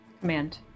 Command